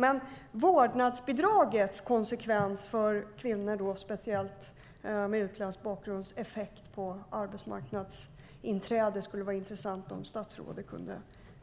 Min fråga om vårdnadsbidragets effekter på arbetsmarknadsinträdet för kvinnor med utländsk bakgrund skulle det vara intressant om statsrådet